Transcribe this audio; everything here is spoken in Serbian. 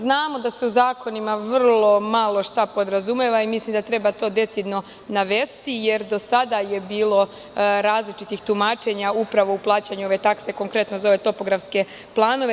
Znamo, da se u zakonima vrlo malo šta podrazumeva i mislim da to treba decidno navesti, jer do sada je bilo različitih tumačenja, upravo u plaćanju ove takse, konkretno za ove topografske planove.